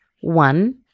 one